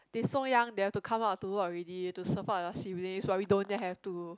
they so young they have to come out to work already to support their siblings but we don't have to